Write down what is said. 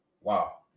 Wow